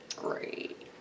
Great